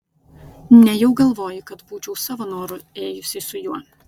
nejau galvoji kad būčiau savo noru ėjusi su juo